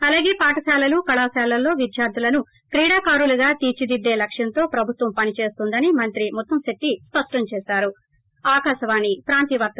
అలాగే వారశాలలు కళాశాలల్లో విద్యార్థులను క్రీడాకారులుగ తీర్చిదిద్దే లక్ష్యంతో ప్రభుత్వం పని చేస్తోందని మంత్రి ముత్తంశెట్టి స్పష్టం చేశారు